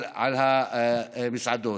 המסעדות.